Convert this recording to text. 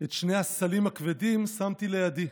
את שני / הסלים הכבדים שמתי לידי.